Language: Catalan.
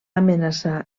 amenaçar